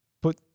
put